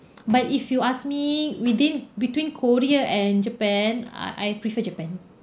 but if you ask me within between korea and japan I I prefer japan